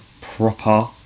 proper